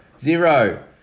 zero